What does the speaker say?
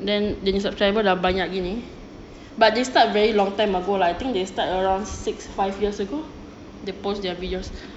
then dia punya subscriber dah banyak gini but they start very long time ago ah I think they start around six five years ago they post their videos